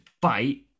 bite